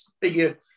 figure